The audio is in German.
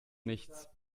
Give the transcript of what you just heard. nichts